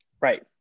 right